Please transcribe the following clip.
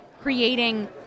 creating